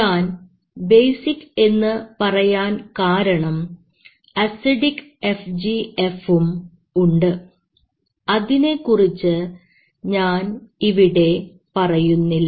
ഞാൻ ബേസിക് എന്ന് പറയാൻ കാരണം അസിഡിക് FGF ഉം ഉണ്ട് അതിനെക്കുറിച്ച് ഞാൻ ഇവിടെ പറയുന്നില്ല